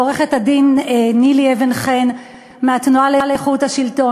לעורכת הדין נילי אבן-חן מהתנועה לאיכות השלטון,